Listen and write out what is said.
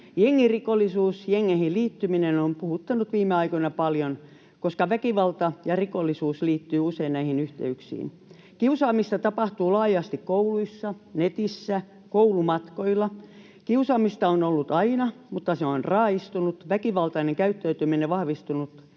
Jengirikollisuus, jengeihin liittyminen, on puhuttanut viime aikoina paljon, koska väkivalta ja rikollisuus liittyvät usein näihin yhteyksiin. Kiusaamista tapahtuu laajasti kouluissa, netissä, koulumatkoilla. Kiusaamista on ollut aina, mutta se on raaistunut, väkivaltainen käyttäytyminen vahvistunut